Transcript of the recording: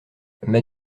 m’as